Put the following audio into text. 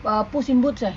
ah puss in boots eh